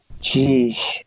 Jeez